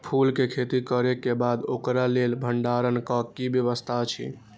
फूल के खेती करे के बाद ओकरा लेल भण्डार क कि व्यवस्था अछि?